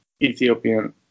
Ethiopian